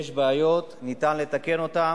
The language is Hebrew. יש בעיות, אפשר לתקן אותן,